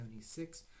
1976